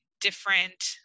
different